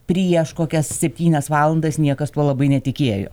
prieš kokias septynias valandas niekas tuo labai netikėjo